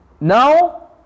Now